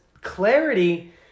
clarity